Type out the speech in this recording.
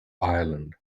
ireland